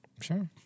Sure